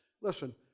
Listen